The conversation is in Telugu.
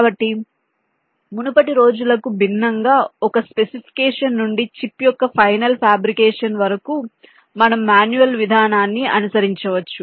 కాబట్టి మునుపటి రోజులకు భిన్నంగా ఒక స్పెసిఫికేషన్ నుండి చిప్ యొక్క ఫైనల్ ఫ్యాబ్రికేషన్ వరకు మనము మాన్యువల్ విధానాన్ని అనుసరించవచ్చు